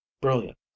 brilliant